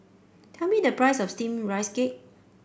tell me the price of steamed Rice Cake